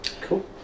Cool